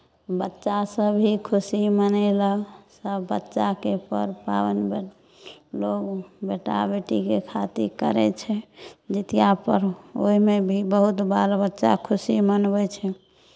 बच्चासभ भी खुशी मनयलक सभ बच्चाके पर्व पाबनि भेल लोक बेटा बेटीके खातिर करै छै जितिया पर्व ओहिमे भी बहुत बालबच्चा खुशी मनबै छै